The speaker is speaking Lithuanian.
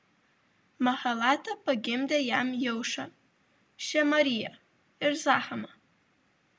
mahalata pagimdė jam jeušą šemariją ir zahamą